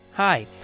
Hi